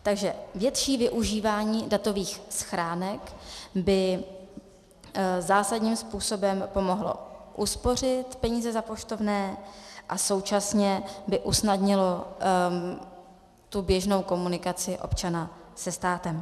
Takže větší využívání datových schránek by zásadním způsobem pomohlo uspořit peníze za poštovné a současně by usnadnilo běžnou komunikaci občana se státem.